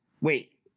wait